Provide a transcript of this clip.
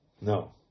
No